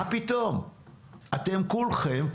אתם כולכם,